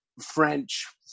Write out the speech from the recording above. French